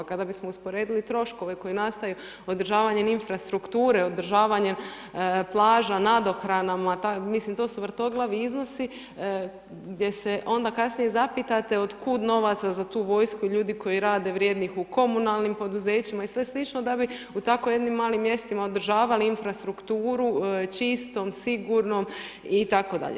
Kada bismo usporedili tročkove koji nastaju održavanjem infrastrukture, održavanjem plaža, nadohranama, mislim to su vrtoglavi iznosi gdje se onda kasnije zapitate otkud novaca za tu vojsku ljudi koji rade vrijednih u komunalnim poduzećima i sve slično da bi u tako jednim malim mjestima održavali infrastrukturu čistom, sigurnom itd.